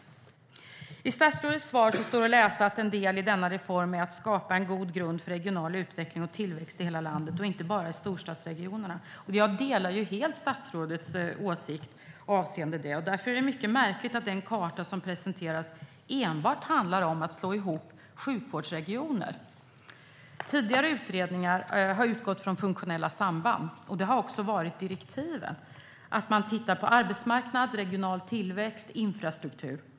I statsrådets svar står att läsa att en del i denna reform är att skapa en god grund för regional utveckling och tillväxt i hela landet och inte bara i storstadsregionerna. Jag delar helt statsrådets åsikt i detta avseende, och därför är det mycket märkligt att den karta som presenteras enbart handlar om att slå ihop sjukvårdsregioner. Tidigare utredningar har utgått från funktionella samband. Det har också ingått i direktiven att man ska titta på arbetsmarknad, regional tillväxt och infrastruktur.